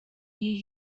year